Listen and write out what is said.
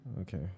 Okay